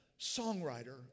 songwriter